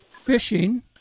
fishing